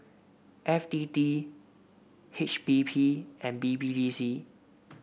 F T T H B P and B B D C